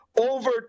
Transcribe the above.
over